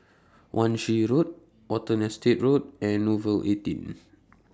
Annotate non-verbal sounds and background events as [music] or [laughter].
Wan Shih Road Watten Estate Road and Nouvel eighteen [noise]